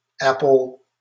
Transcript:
Apple